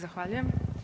Zahvaljujem.